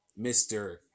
Mr